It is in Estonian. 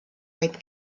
vaid